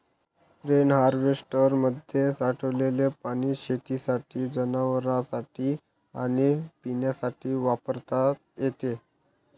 rain हार्वेस्टरमध्ये साठलेले पाणी शेतीसाठी, जनावरांनासाठी आणि पिण्यासाठी वापरता येते